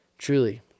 Truly